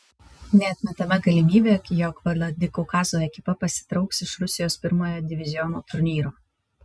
neatmetama galimybė jog vladikaukazo ekipa pasitrauks iš rusijos pirmojo diviziono turnyro